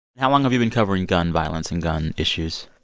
how long have you been covering gun violence and gun issues?